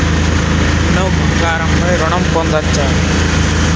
నేను బంగారం పై ఋణం పొందచ్చా?